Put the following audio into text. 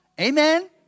Amen